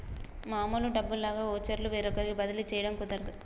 మామూలు డబ్బుల్లాగా వోచర్లు వేరొకరికి బదిలీ చేయడం కుదరదు